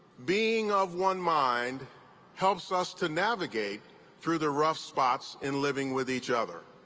being of one mind helps us to navigate through the rough spots in living with each other.